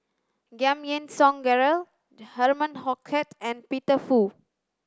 Giam Yean Song Gerald Herman Hochstadt and Peter Fu